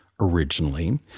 originally